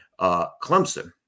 Clemson